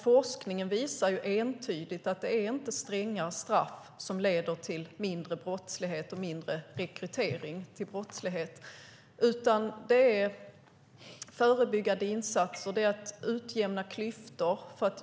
Forskningen visar entydigt att strängare straff inte leder till mindre brottslighet och mindre rekrytering till brottslighet. Det handlar i stället om förebyggande insatser och om att utjämna klyftor.